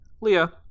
Leah